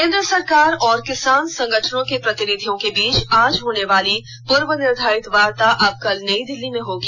केन्द्र सरकार और किसान संगठनों के प्रतिनिधियों के बीच आज होने वाली पूर्व निर्धारित वार्ता अब कल नई दिल्ली में होगी